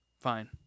Fine